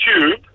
tube